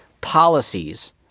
policies